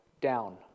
down